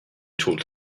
told